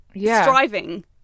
striving